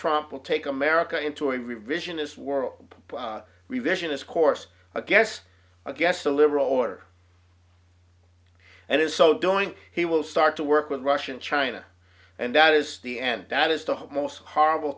trump will take america into a revisionist world revisionist course i guess i guess a liberal order and in so doing he will start to work with russia and china and that is the end that is the whole most horrible